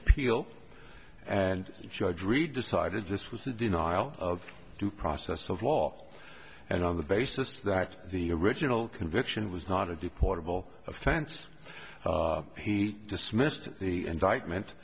appeal and the judge read decided this was a denial of due process of law and on the basis that the original conviction was not a deportable of tents he dismissed the indictment